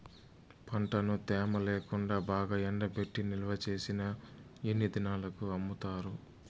పంటను తేమ లేకుండా బాగా ఎండబెట్టి నిల్వచేసిన ఎన్ని దినాలకు అమ్ముతారు?